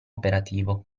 operativo